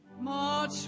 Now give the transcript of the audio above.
March